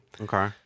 Okay